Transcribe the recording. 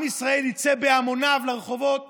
עם ישראל יצא בהמוניו לרחובות